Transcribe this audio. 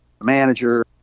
manager